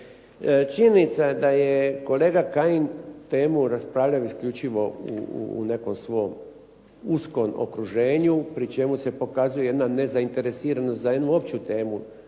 Činjenica je da je kolega Kajin temu raspravljao isključivo u nekom svom uskom okruženju pri čemu se pokazuje jedna nezainteresiranost za jednu opću temu.